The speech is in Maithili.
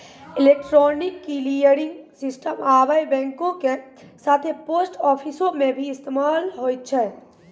इलेक्ट्रॉनिक क्लियरिंग सिस्टम आबे बैंको के साथे पोस्ट आफिसो मे भी इस्तेमाल होय छै